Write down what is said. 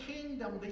kingdom